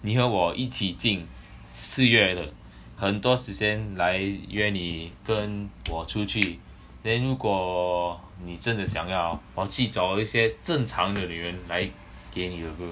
你和我一起进四月的很多时间来约你跟我出去 then 如果你真的想要我去找一些正常的女人来给你 ah bro